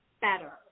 better